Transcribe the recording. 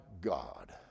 God